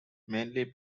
mainly